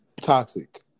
toxic